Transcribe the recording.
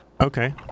Okay